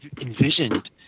envisioned